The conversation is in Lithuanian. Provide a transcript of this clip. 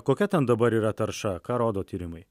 kokia ten dabar yra tarša ką rodo tyrimai